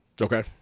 Okay